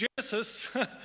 Genesis